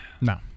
No